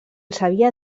sabia